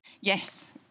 yes